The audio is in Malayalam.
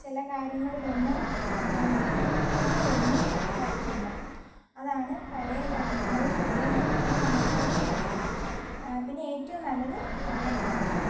ചെല കാര്യങ്ങളിലൊന്നും അർത്ഥങ്ങളൊന്നും വരത്തില്ല അതാണ് പഴയ ഗാനങ്ങളും പുതിയ ഗാനങ്ങളും തമ്മിലുള്ള വ്യത്യാസം പിന്നെ ഏറ്റവും നല്ലത് ഗാനങ്ങളാണ്